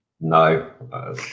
No